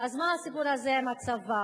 אז מה הסיפור הזה עם הצבא?